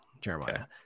Jeremiah